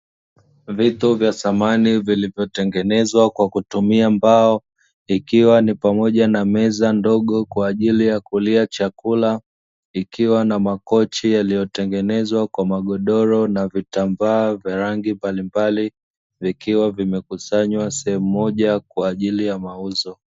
Vitu vya samani vilivyotengenezwa kwa kutumia mbao ikiwa ni pamoja na meza ndogo kwa ajili ya kulia chakula, ikiwa na makochi yaliyotengenezwa kwa magodoro na vitambaa vya rangi mbalimbali vikiwa vimekusanywa sehemu mbalimbali kwa ajili ya mauzo.